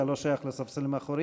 אתה לא שייך לספסלים האחוריים,